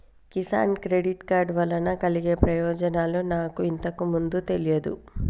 Kisan credit card వలన కలిగే ప్రయోజనాలు నాకు ఇంతకు ముందు తెలియదు